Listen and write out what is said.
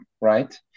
right